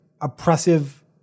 oppressive